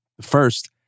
First